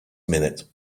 minute